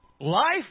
Life